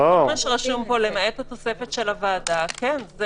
מה שרשום פה, למעט התוספת של הוועדה, כן.